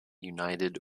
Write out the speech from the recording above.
united